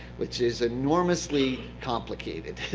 which is enormously complicated,